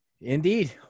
Indeed